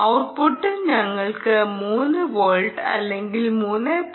ഔട്ട്പുട്ടിൽ ഞങ്ങൾക്ക് 3 വോൾട്ട് അല്ലെങ്കിൽ 3